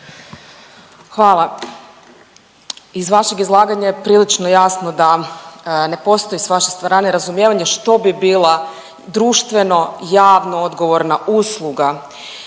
Hvala. Iz vašeg izlaganja je prilično jasno da ne postoji s vaše strane razumijevanje što bi bila društveno javno odgovorna usluga,